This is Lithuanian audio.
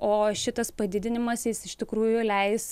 o šitas padidinimas jis iš tikrųjų leis